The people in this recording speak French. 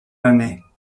années